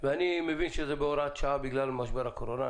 אני מבין שזה בהוראת שעה בגלל משבר הקורונה.